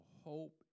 hope